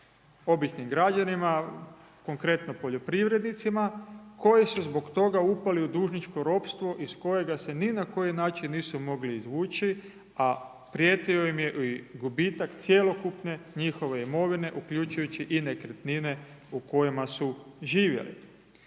običnim građanima, konkretno poljoprivrednicima, koji su zbog toga upali u dužničko ropstvo iz kojega se ni na koji način nisu mogli izvući, a prijetio im je i gubitak cjelokupne njihove imovine uključujući i nekretnine u kojima su živjeli.